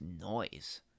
noise